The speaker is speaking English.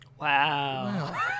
wow